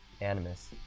animus